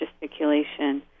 gesticulation